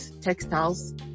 textiles